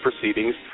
proceedings